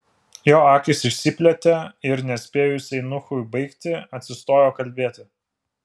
jo akys išsiplėtė ir nespėjus eunuchui baigti atsistojo kalbėti